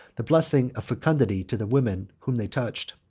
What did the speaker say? the blessing of fecundity to the women whom they touched.